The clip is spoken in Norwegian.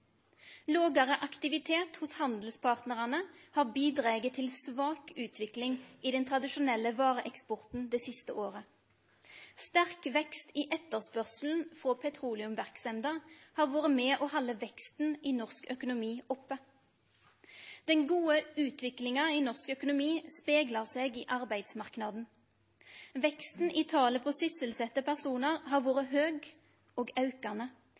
Lågare aktivitet hos handelspartnarane har bidrege til svak utvikling i den tradisjonelle vareeksporten det siste året. Sterk vekst i etterspørselen frå petroleumsverksemda har vore med på å halde veksten i norsk økonomi oppe. Den gode utviklinga i norsk økonomi speglar seg i arbeidsmarknaden. Veksten i talet på sysselsette personar har vore høg og aukande